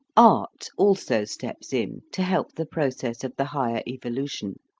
art also steps in to help the process of the higher evolution.